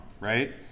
right